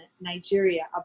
Nigeria